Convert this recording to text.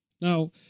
Now